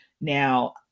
Now